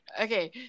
Okay